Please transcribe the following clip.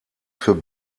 für